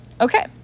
Okay